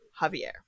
Javier